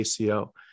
ACO